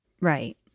Right